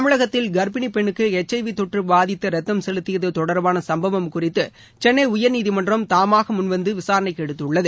தமிழகத்தில் கர்ப்பிணி பெண்ணுக்கு எச் ஐ வி தொற்று பாதித்த ரத்தம் செலுத்தியது தொடர்பான சும்பவம் குறித்து சென்னை உயர்நீதிமன்றம் தாமாக முன்வந்து விசாரணைக்கு எடுத்துள்ளது